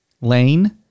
Lane